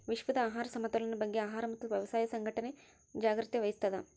ವಿಶ್ವದ ಆಹಾರ ಸಮತೋಲನ ಬಗ್ಗೆ ಆಹಾರ ಮತ್ತು ವ್ಯವಸಾಯ ಸಂಘಟನೆ ಜಾಗ್ರತೆ ವಹಿಸ್ತಾದ